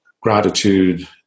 gratitude